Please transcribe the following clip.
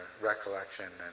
recollection